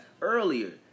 earlier